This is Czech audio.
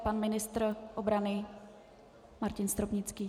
Pan ministr obrany Martin Stropnický.